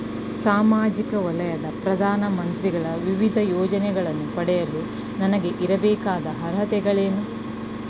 ಸಾಮಾಜಿಕ ವಲಯದ ಪ್ರಧಾನ ಮಂತ್ರಿಗಳ ವಿವಿಧ ಯೋಜನೆಗಳನ್ನು ಪಡೆಯಲು ನನಗೆ ಇರಬೇಕಾದ ಅರ್ಹತೆಗಳೇನು?